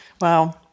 Wow